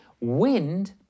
Wind